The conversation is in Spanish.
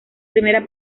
primera